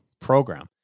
program